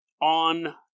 on